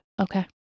Okay